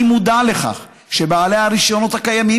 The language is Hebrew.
אני מודע לכך שבעלי הרישיונות הקיימים